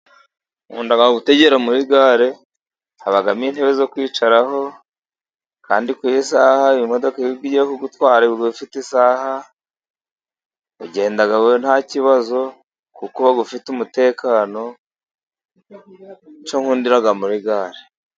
Nkunda gutegera muri gare, habamo intebe zo kwicaraho, kandi ku isaha iyo modoka iyo igiye kugutwara iba fite isaha, ugenda ntabazo kuko uba ufite umutekano, icyo nkundira muri gare.